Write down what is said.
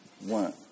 One